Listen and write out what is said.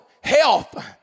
health